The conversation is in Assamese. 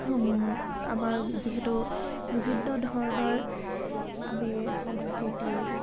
আমাৰ যিহেতু বিভিন্ন ধৰণৰ আমি সংস্কৃতি